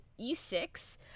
E6